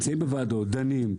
יושבים בוועדות ודנים.